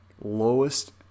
lowest